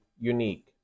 unique